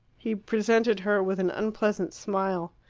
he presented her with an unpleasant smile.